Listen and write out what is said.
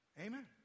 Amen